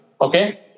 Okay